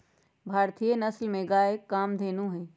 भारतीय नसल में गाय कामधेनु हई